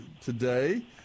today